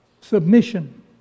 submission